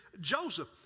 Joseph